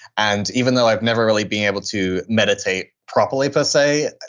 and even though i've never really been able to meditate properly per say,